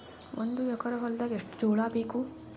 ಒಂದು ಎಕರ ಹೊಲದಾಗ ಎಷ್ಟು ಜೋಳಾಬೇಕು?